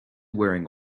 wearing